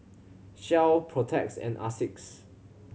Shell Protex and Asics